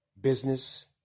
business